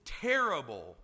terrible